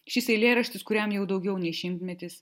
šis eilėraštis kuriam jau daugiau nei šimtmetis